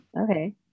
Okay